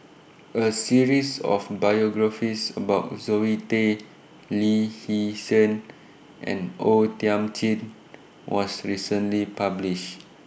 A series of biographies about Zoe Tay Lee Hee Seng and O Thiam Chin was recently published